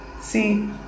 See